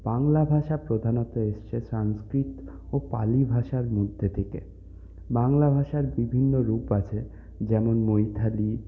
বাংলা ভাষা প্রধানত এসেছে সংস্কৃত ও পালি ভাষার মধ্যে থেকে বাংলা ভাষার বিভিন্ন রূপ আছে যেমন মৈথালি